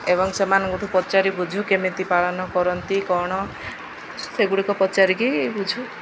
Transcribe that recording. ଏବଂ ସେମାନଙ୍କଠୁ ପଚାରି ବୁଝୁ କେମିତି ପାଳନ କରନ୍ତି କ'ଣ ସେଗୁଡ଼ିକ ପଚାରିକି ବୁଝୁ